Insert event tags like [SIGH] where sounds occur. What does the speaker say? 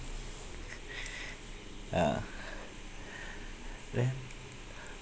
uh [BREATH] there